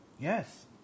yes